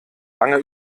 lange